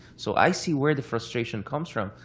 so i see where the frustration comes from.